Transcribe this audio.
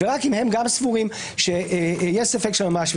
ורק אם הם גם סבורים שיש ספק של ממש,